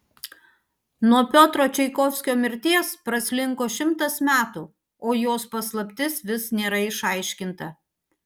nuo piotro čaikovskio mirties praslinko šimtas metų o jos paslaptis vis nėra išaiškinta